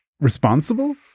responsible